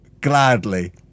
gladly